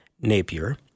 Napier